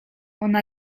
ona